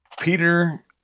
peter